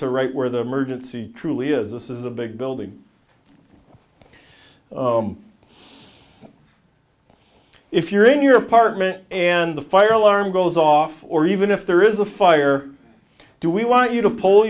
to right where the emergency truly is this is a big building if you're in your apartment and the fire alarm goes off or even if there is a fire do we want you to pull